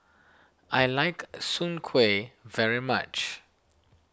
I like Soon Kway very much